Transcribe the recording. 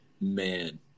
man